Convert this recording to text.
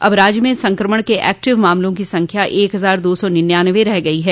अब राज्य में संक्रमण के एक्टिव मामलों की संख्या एक हजार दो सौ निन्यानवे रह गई है